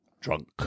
drunk